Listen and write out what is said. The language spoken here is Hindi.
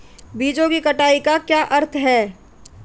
बीजों की कटाई का क्या अर्थ है?